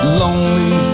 lonely